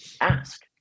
ask